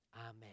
amen